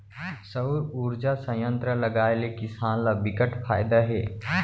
सउर उरजा संयत्र लगाए ले किसान ल बिकट फायदा हे